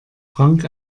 frank